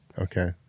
okay